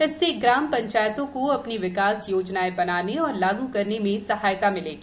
इससे ग्राम पंचायतों को अपनी विकास योजनाएं बनाने और लागू करने में सहायता मिलेगी